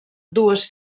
dues